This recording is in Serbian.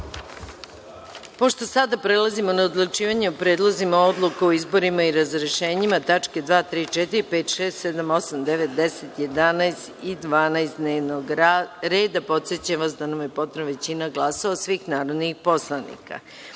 sada prelazim na odlučivanje o predlozima odluka o izborima o rezrešenjima ( tačke 2, 3, 4, 5, 6, 7, 8, 9, 10, 11. i 12. dnevnog reda), podsećam vas da nam je potrebna većina glasova svih narodnih poslanika. Inače,